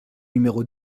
numéro